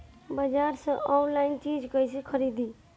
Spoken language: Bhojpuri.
बाजार से आनलाइन चीज कैसे खरीदी?